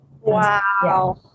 wow